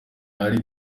ari